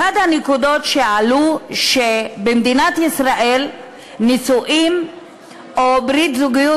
אחת הנקודות שעלו היא שבמדינת ישראל נישואים או ברית זוגיות,